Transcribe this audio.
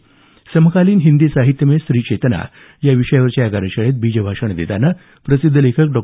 समकालीन हिंदी साहित्य मे स्त्री चेतना या विषयावरच्या या कार्यशाळेत बीज भाषण देताना प्रसिद्ध लेखक डॉ